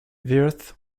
wirth